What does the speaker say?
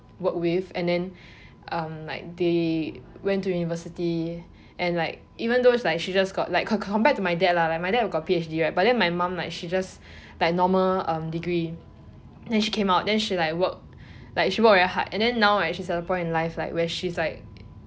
work with and then um like they went to university and like even though like she just got like compared to my dad lah like my dad got P_H_D right and then my mum like she just like normal um degree then she came out then she like work like she work very hard and then now right she is at a point in life where she is like